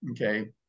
okay